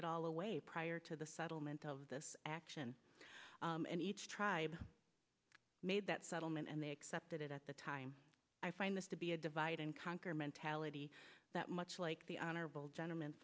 it all away prior to the settlement of this action and each tribe made that settlement and they accepted it at the time i find this to be a divide and conquer mentality that much like the honorable gentleman